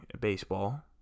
baseball